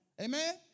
Amen